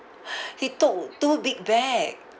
he took two big bag